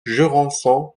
jurançon